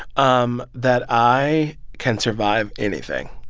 um that i can survive anything.